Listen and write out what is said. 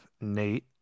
Nate